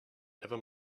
never